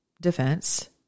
defense